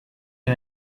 you